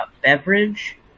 beverage